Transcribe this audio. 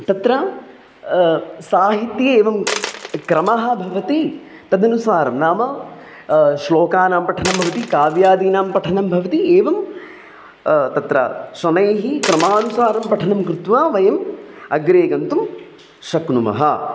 तत्र साहित्ये एवं क्रमः भवति तदनुसारं नाम श्लोकानां पठनं भवति काव्यादीनां पठनं भवति एवं तत्र शनैः क्रमानुसारं पठनं कृत्वा वयम् अग्रे गन्तुं शक्नुमः